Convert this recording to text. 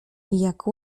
jak